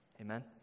Amen